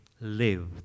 Live